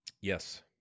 Yes